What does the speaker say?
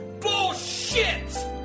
Bullshit